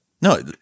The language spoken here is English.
No